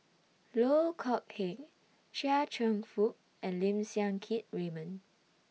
Loh Kok Heng Chia Cheong Fook and Lim Siang Keat Raymond